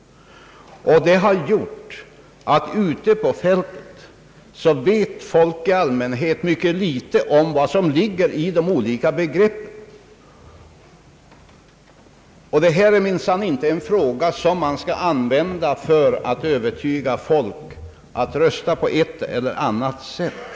Och detta har gjort att folk i allmänhet, ute på fältet, vet ytterst litet om vad som ligger i de olika begreppen. Detta är minsann inte en fråga som man bör använda för att söka övertyga folk om att de skall rösta på ena eller andra sättet.